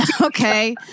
okay